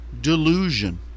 delusion